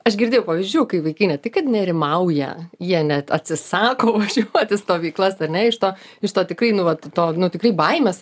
aš girdėjau pavyzdžių kai vaikai ne tik kad nerimauja jie net atsisako važiuot į stovyklas ane iš to iš to tikrai nu vat to tikrai baimes